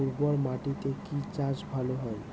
উর্বর মাটিতে কি চাষ ভালো হয়?